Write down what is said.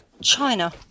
China